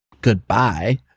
goodbye